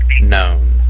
known